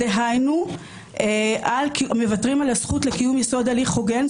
כלומר מוותרים על הזכות לקיום יסוד הליך הוגן.